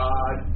God